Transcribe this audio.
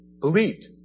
believed